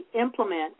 implement